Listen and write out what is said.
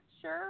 sure